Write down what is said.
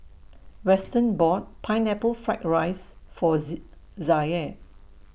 Weston bought Pineapple Fried Rice For Zaire